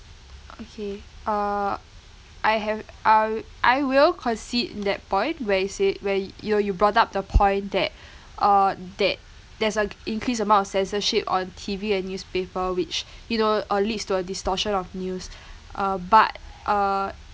okay uh I have uh I will concede that point where you said where you you brought up the point that uh that there's a increased amount of censorship on T_V and newspaper which you know uh leads to a distortion of news uh but uh